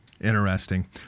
Interesting